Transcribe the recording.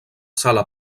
sala